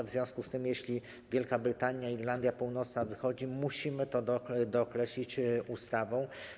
W związku z tym jeśli Wielka Brytania z Irlandią Północna wychodzi, musimy to dookreślić ustawą.